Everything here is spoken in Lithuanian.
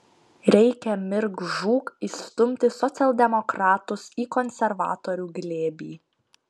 reikia mirk žūk įstumti socialdemokratus į konservatorių glėbį